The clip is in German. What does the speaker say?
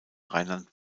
rheinland